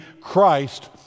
Christ